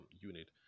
unit